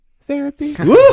therapy